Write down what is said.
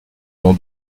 nom